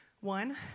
One